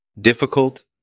difficult